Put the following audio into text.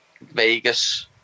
Vegas